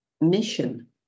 mission